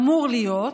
אמור להיות,